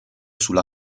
sulla